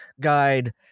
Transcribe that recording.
guide